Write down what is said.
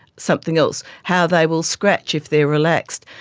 something else, how they will scratch if they are relaxed.